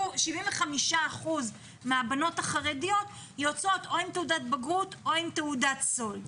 75% מהבנות החרדיות יוצאות או עם תעודת בגרות או עם תעודת סולד.